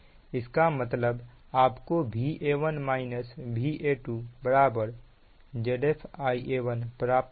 इसका मतलब आपको Va1 Va2 Zf Ia1प्राप्त होगा